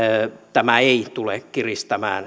tämä ei tule kiristämään